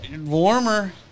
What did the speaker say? warmer